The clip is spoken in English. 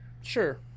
Sure